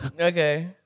Okay